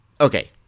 okay